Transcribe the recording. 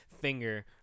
finger